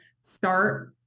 start